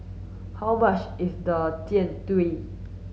how much is the Jian Dui